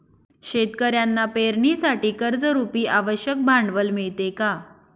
शेतकऱ्यांना पेरणीसाठी कर्जरुपी आवश्यक भांडवल मिळते का?